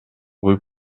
rue